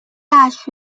大学